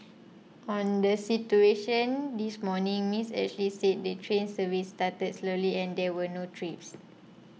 on the situation this morning Miss Ashley said the train service started slowly and there were no trips